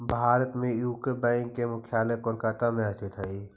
भारत में UCO bank के मुख्यालय कोलकाता में स्थित हइ